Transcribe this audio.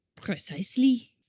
Precisely